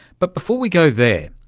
but before we go there,